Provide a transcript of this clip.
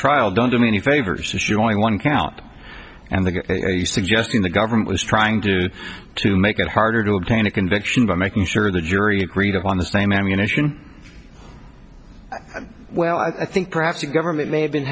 trial done them any favors or join one count and they are you suggesting the government was trying to make it harder to obtain a conviction by making sure the jury agreed on the same ammunition well i think perhaps the government may have been